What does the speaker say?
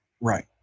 right